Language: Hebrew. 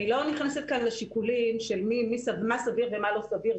אני לא נכנסת כאן לשיקולים של מה סביר ומה לא סביר.